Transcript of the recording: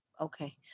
Okay